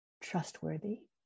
trustworthy